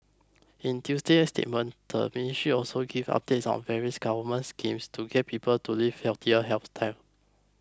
in Tuesday's statement the ministry also gave updates on various government schemes to get people to live healthier lifestyles